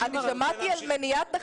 אני שמעתי על מניעת תחרות,